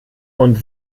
und